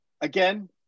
again